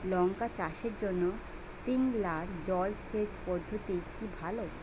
লঙ্কা চাষের জন্য স্প্রিংলার জল সেচ পদ্ধতি কি ভালো?